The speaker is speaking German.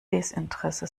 desinteresse